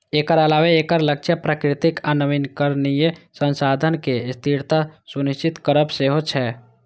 एकर अलावे एकर लक्ष्य प्राकृतिक आ नवीकरणीय संसाधनक स्थिरता सुनिश्चित करब सेहो छै